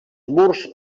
murs